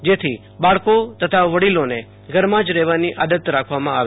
જેથો બાળકો તથા વડોલોને ઘરમાં જ રહેવાની આદત રાખવામાં આવ